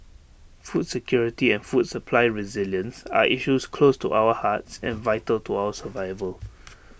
food security and food supply resilience are issues close to our hearts and vital to our survival